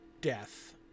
death